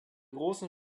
großen